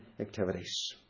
activities